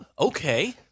Okay